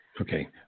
Okay